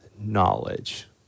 knowledge